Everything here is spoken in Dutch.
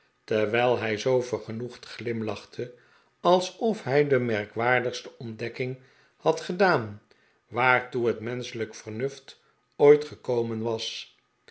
terwijl hij zoo vergenoegd glimlachte alsof hij de merkwaardigste ontdekking had gedaan waartoe het menschelijk vernuft ooit gekomen was